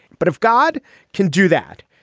but if god can do that.